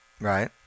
Right